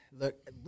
look